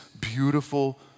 beautiful